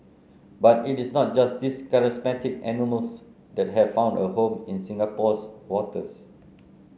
but it is not just these charismatic animals that have found a home in Singapore's waters